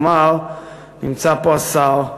כלומר, נמצא פה השר,